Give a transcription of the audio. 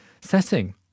setting